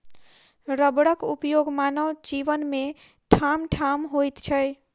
रबरक उपयोग मानव जीवन मे ठामठाम होइत छै